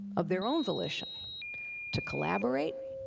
of their own volition to collaborate,